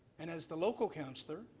and as the local counselor,